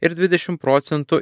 ir dvidešim procentų